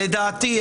לדעתי,